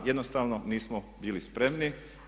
Jednostavno nismo bili spremni.